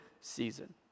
season